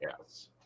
yes